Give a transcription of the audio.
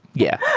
yeah.